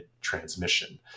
Transmission